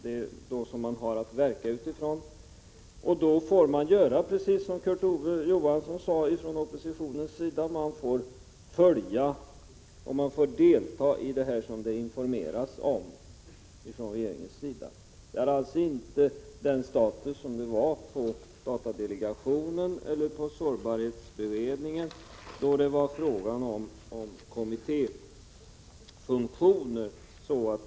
Det är alltså vad man har att verka utifrån. Och då får man från oppositionens sida göra som Kurt Ove Johansson sade: man får följa arbetet och ta del av information från regeringen. Det är alltså inte fråga om den status som det var på datadelegationen eller sårbarhetsutredningen. Då handlade det om kommittéfunktioner.